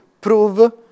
prove